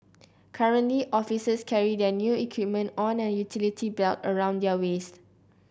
currently officers carry their their equipment on a utility belt around their waists